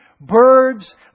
birds